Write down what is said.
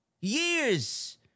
years